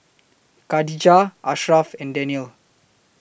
Khadija Ashraff and Daniel